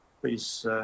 please